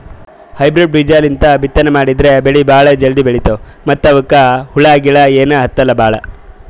hybrid ಬೀಜಾಲಿಂದ ಬಿತ್ತನೆ ಮಾಡದ್ರ್ ಬೆಳಿ ಭಾಳ್ ಜಲ್ದಿ ಬೆಳೀತಾವ ಮತ್ತ್ ಅವಕ್ಕ್ ಹುಳಗಿಳ ಏನೂ ಹತ್ತಲ್ ಭಾಳ್